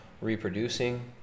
reproducing